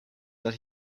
that